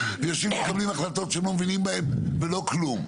והם יושבים ומקבלים החלטות שהם לא מביאים בהן ולא כלום.